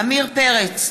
עמיר פרץ,